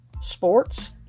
Sports